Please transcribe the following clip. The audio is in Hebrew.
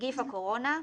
"נגיף הקורונה"